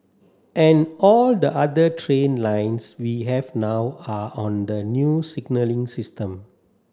and all the other train lines we have now are on the new signalling system